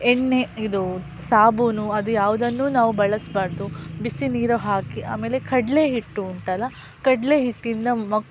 ಎಣ್ಣೆ ಇದು ಸಾಬೂನು ಅದು ಯಾವುದನ್ನು ನಾವು ಬಳಸಬಾರ್ದು ಬಿಸಿ ನೀರು ಹಾಕಿ ಆಮೇಲೆ ಕಡಲೆ ಹಿಟ್ಟು ಉಂಟಲ್ಲ ಕಡಲೆ ಹಿಟ್ಟಿಂದ ಮ